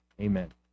amen